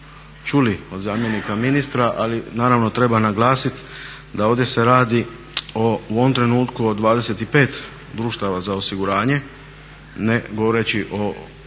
čuli od zamjenika ministra ali naravno treba naglasiti da ovdje se radi o u ovom trenutku o 25 društava za osiguranje, ne govoreći o